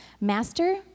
Master